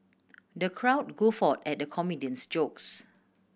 the crowd guffaw at the comedian's jokes